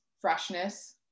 freshness